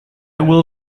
will